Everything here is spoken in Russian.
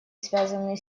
связаны